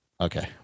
Okay